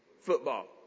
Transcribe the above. football